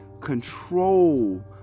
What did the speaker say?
control